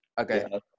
Okay